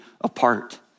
apart